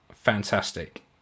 fantastic